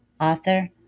author